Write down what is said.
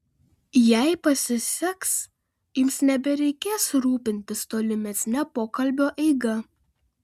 jei pasiseks jums nebereikės rūpintis tolimesne pokalbio eiga